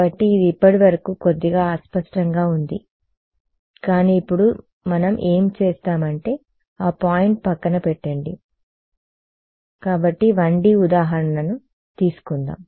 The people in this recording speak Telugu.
కాబట్టి ఇది ఇప్పటివరకు కొద్దిగా అస్పష్టంగా ఉంది కానీ ఇప్పుడు మనం ఏమి చేస్తాం అంటే ఆ పాయింట్ పక్కన పెట్టండి కాబట్టి 1D ఉదాహరణను తీసుకుందాం